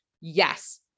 Yes